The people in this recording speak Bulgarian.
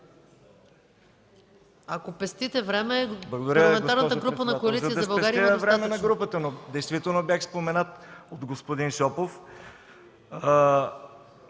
Ако пестите време, Парламентарната група на Коалиция за България има достатъчно.